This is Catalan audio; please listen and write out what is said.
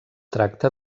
tracta